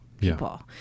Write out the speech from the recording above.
people